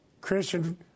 Christian